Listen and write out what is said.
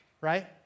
right